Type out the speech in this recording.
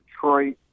Detroit